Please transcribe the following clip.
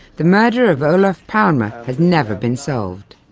the murder of olof palme has never been solved.